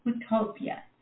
utopia